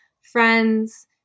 friends